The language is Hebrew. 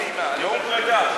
נאום פרידה.